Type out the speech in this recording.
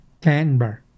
Canberra